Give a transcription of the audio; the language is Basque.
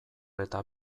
eta